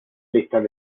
listas